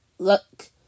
Look